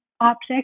object